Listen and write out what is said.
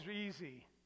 easy